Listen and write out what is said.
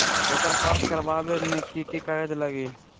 एकर पास करवावे मे की की कागज लगी?